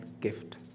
gift